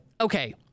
Okay